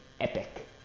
epic